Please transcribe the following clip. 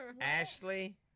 Ashley